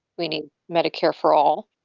we need medicare for all.